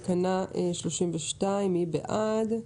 תקנה 32, מי בעד?